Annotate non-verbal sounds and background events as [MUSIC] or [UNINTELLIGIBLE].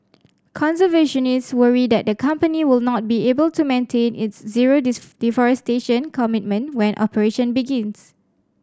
conservationist worry that the company will not be able to maintain its zero [UNINTELLIGIBLE] deforestation commitment when operation begins